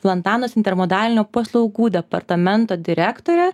vlantanas intermodalinių paslaugų departamento direktorė